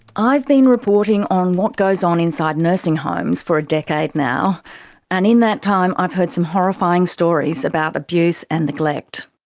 i've been reporting on what goes on inside nursing homes for a decade now and in that time i've heard some horrifying stories about abuse and neglect.